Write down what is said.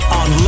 on